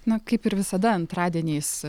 na kaip ir visada antradieniais